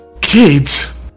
kids